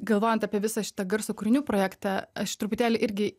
galvojant apie visą šitą garso kūrinių projektą aš truputėlį irgi